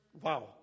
Wow